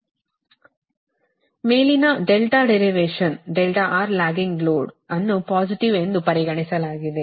IRcos RXsin R VR 100 ಮೇಲಿನ derivation R lagging load ಅನ್ನು positive ಎಂದು ಪರಿಗಣಿಸಲಾಗಿದೆ